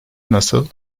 nasıl